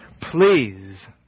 please